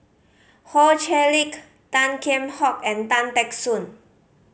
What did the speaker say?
Ho Chee Lick Tan Kheam Hock and Tan Teck Soon